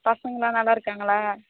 பசங்கள்லாம் நல்லாயிருக்காங்களா